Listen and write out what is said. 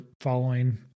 following